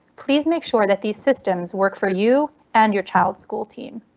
please make sure that these systems work for you and your child school team.